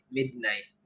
midnight